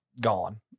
gone